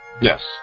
Yes